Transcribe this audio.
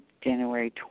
January